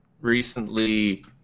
recently